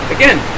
Again